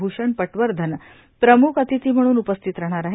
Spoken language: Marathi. भूषण प वर्धन प्रम्ख अतिथी म्हणून उपस्थित राहणार आहेत